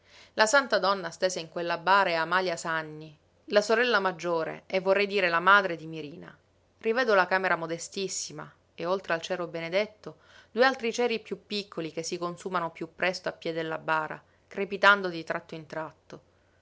la santa donna stesa in quella bara è amalia sanni la sorella maggiore e vorrei dire la madre di mirina rivedo la camera modestissima e oltre al cero benedetto due altri ceri piú piccoli che si consumano piú presto a piè della bara crepitando di tratto in tratto